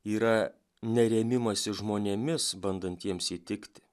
yra ne rėmimasis žmonėmis bandant jiems įtikti